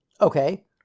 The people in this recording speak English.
Okay